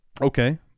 Okay